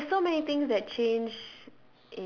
like there's so many things that changed